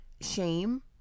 shame